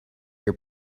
your